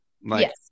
Yes